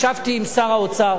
ישבתי עם שר האוצר